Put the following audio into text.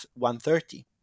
130